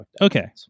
Okay